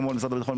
משרד הביטחון,